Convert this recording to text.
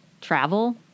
travel